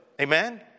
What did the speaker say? Amen